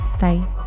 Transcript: bye